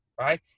right